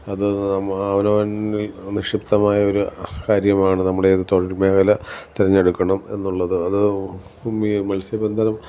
അത് അവനവനിൽ നിക്ഷിപ്തമായ ഒരു കാര്യമാണ് നമ്മുടെ ഏത് തൊഴിൽമേഖല തെരഞ്ഞെടുക്കണം എന്നുള്ളത് അത് ഈ മൽസ്യബന്ധനം